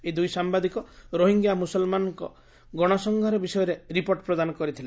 ଏହି ଦୁଇ ସାମ୍ବାଦିକ ରୋହିଙ୍ଗ୍ୟା ମୁସଲମାନଙ୍କ ଗଣସଂହାର ବିଷୟରେ ରିପୋର୍ଟ ପ୍ରଦାନ କରିଥିଲେ